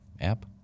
app